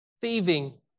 thieving